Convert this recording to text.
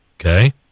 okay